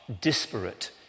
disparate